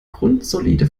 grundsolide